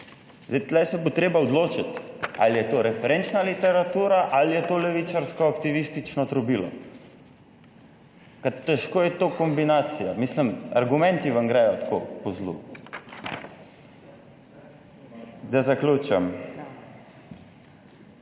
Zdaj tu se bo treba odločiti ali je to referenčna literatura ali je to levičarsko aktivistično trobilo. Ker težko je to kombinacija. Mislim, argumenti vam grejo tako po zlu. Da zaključim.